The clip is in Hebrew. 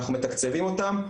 אנחנו מתקצבים אותם.